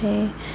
అంటే